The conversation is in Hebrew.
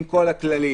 עם כל הכללים